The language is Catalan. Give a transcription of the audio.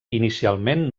inicialment